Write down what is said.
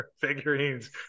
figurines